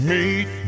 Meet